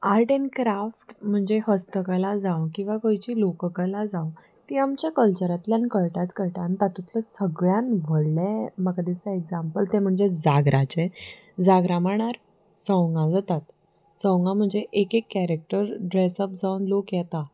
art and craft म्हणजे हस्तकला जावं किंवां खंयची लोककला जावं ती आमच्या कल्चरांतल्यान कळटाच कळटा आनी तातूंतले सगळ्यान व्हडलें म्हाका दिसता एग्जामपल ते म्हणजे जागराचे जागर मांडार सवंगां जातात सवंगां म्हणजे एक एक कॅरेक्टर ड्रेस अप जावन लोक येता